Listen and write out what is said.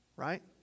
right